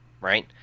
right